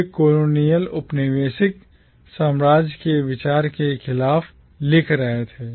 वे colonial औपनिवेशिक साम्राज्य के विचार के खिलाफ लिख रहे थे